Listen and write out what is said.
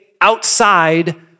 outside